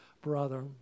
brother